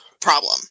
problem